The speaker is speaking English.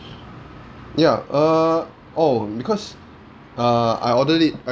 ya err oh because uh I ordered it